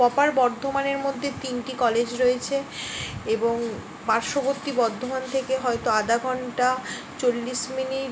proper বর্ধমানের মধ্যে তিনটি কলেজ রয়েছে এবং পার্শ্ববর্তী বর্ধমান থেকে হয়তো আধ ঘণ্টা চল্লিশ মিনিট